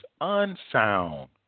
unsound